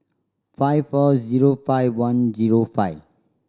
five four zero five one zero five